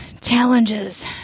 challenges